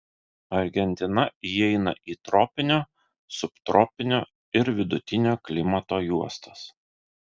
argentina įeina į tropinio subtropinio ir vidutinio klimato juostas